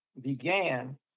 began